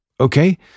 Okay